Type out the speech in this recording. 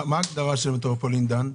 מה ההגדרה של מטרופולין דן?